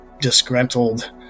disgruntled